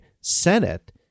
Senate